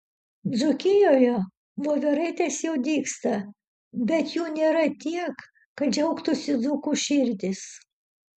dzūkijoje voveraitės jau dygsta bet jų nėra tiek kad džiaugtųsi dzūkų širdys